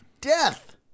death